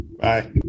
Bye